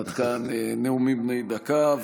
עד כאן נאומים בני דקה,